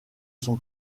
son